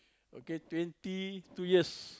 okay twenty two years